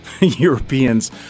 Europeans